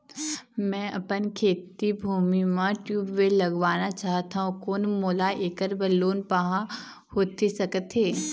मैं अपन खेती भूमि म ट्यूबवेल लगवाना चाहत हाव, कोन मोला ऐकर बर लोन पाहां होथे सकत हे?